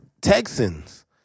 Texans